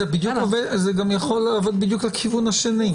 זה גם לעבוד בדיוק לכיוון השני.